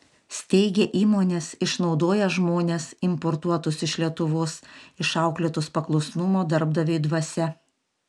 steigia įmones išnaudoja žmones importuotus iš lietuvos išauklėtus paklusnumo darbdaviui dvasia